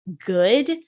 good